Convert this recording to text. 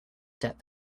step